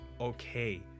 okay